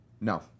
No